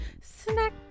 snack